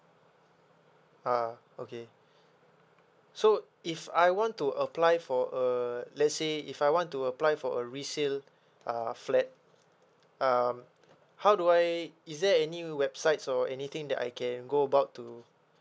ah okay so if I want to apply for a let's say if I want to apply for a resale uh flat um how do I is there any websites or anything that I can go about to